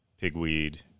pigweed